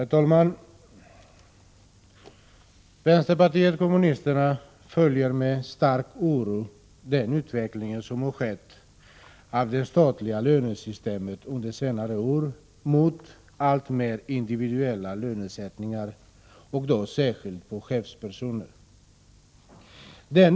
Herr talman! Vänsterpartiet kommunisterna följer med stark oro den utveckling som under senare år skett av det statliga lönesystemet mot alltmer individuell lönesättning, och då särskilt för chefspersoner.